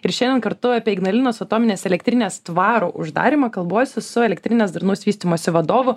ir šiandien kartu apie ignalinos atominės elektrinės tvarų uždarymą kalbuosi su elektrinės darnaus vystymosi vadovu